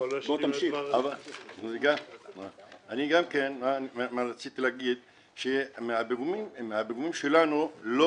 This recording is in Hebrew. גם כן רציתי להגיד שמהפיגום שלנו לא